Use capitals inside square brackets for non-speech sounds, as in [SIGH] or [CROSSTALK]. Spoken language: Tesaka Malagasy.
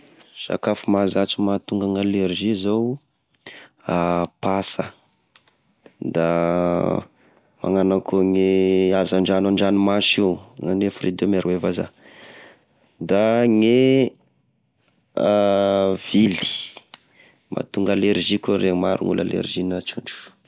E sakafo mahazatra mahatonga gn'alerzia zao, [HESITATION] pasa da [HESITATION] magnano akone azandrano andranomasy io na gne fruit de mer hoy e vazaha! da gne [HESITATION] vily mahatonga alerzia koa ireny, maro olo alerzia gna trondro.